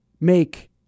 make